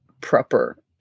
proper